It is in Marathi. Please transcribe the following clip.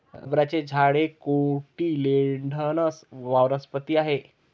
रबराचे झाड एक कोटिलेडोनस वनस्पती आहे